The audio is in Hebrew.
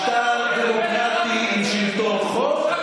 משטר דמוקרטי עם שלטון חוק,